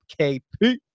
KP